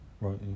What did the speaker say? Right